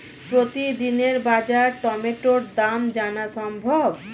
প্রতিদিনের বাজার টমেটোর দাম জানা সম্ভব?